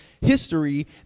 history